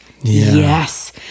Yes